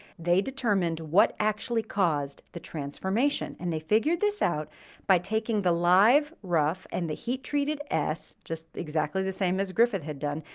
they determined what actually caused the transformation, and they figured this out by taking the live rough and the heat-treated s, just exactly the same as griffith had done,